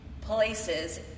places